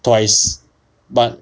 twice but